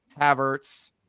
Havertz